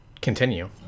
Continue